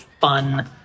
fun